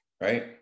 right